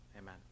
Amen